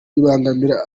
bibangamira